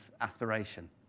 aspiration